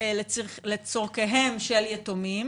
לצורכיהם של יתומים.